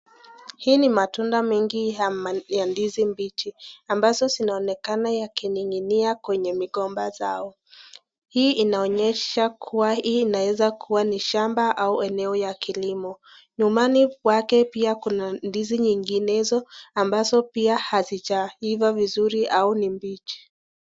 Hii ni matunda mengi ya ndizi mbichi ambazo zinaonekana yakining'inia kwenye migomba zao. Hii inaonyesha kuwa hii inaweza kuwa ni shamba au eneo ya kilimo nyumbani kwake pia kuna ndizi nyinginezo ambazo pia hazijaiva vizuri au ni mbichi.